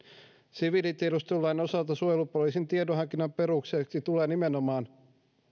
siviilitiedustelulain osalta suojelupoliisin tiedonhankinnan perusteeksi tulee nimenomaan